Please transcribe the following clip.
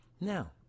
Now